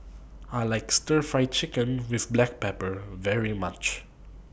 I like Stir Fry Chicken with Black Pepper very much